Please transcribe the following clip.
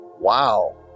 Wow